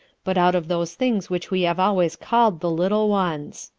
but out of those things which we have always called the little ones.